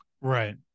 Right